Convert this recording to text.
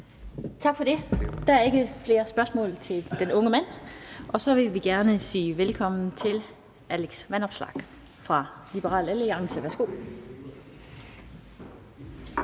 Tak for det. Der er ikke flere spørgsmål til den unge mand. Og så vil vi gerne sige velkommen til Alex Vanopslagh fra Liberal Alliance. Værsgo.